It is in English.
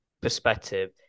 perspective